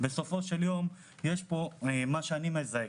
בסופו של יום יש פה מה שאני מזהה,